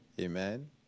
Amen